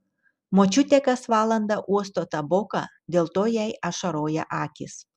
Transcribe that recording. močiutė kas valandą uosto taboką dėl to jai ašaroja akys